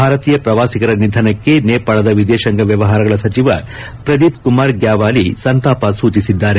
ಭಾರತೀಯ ಪ್ರವಾಸಿಗರ ನಿಧನಕ್ಕೆ ನೇಪಾಳದ ವಿದೇತಾಂಗ ವ್ಲವಹಾರಗಳ ಸಚಿವ ಪ್ರದೀಪ್ ಕುಮಾರ್ ಗ್ಯಾವಾಲಿ ಸಂತಾಪ ಸೂಚಿಸಿದ್ದಾರೆ